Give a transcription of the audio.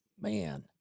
Man